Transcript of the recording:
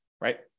right